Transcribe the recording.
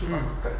mm